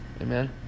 Amen